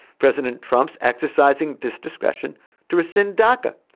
president trump's exercising this discretion to rescind daca.